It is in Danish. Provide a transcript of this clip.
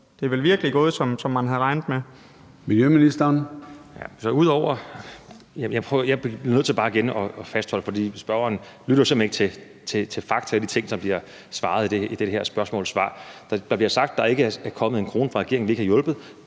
Kl. 13:30 Miljøministeren (Magnus Heunicke): Jeg bliver nødt til bare igen at fastholde noget, for spørgeren lytter simpelt hen ikke til fakta og til det, der bliver svaret på det her spørgsmål. Der bliver sagt, at der ikke er kommet en krone fra regeringen, og at vi ikke har hjulpet,